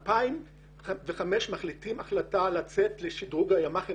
ב-2005 מקבלים החלטה לצאת לשדרוג הימ"חים